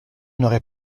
n’aurai